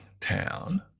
town